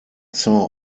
saw